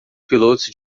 pilotos